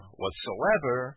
whatsoever